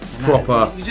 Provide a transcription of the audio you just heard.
Proper